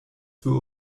für